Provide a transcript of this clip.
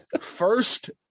first